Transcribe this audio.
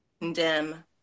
condemn